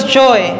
joy